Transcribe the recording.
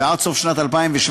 ועד סוף שנת 2017,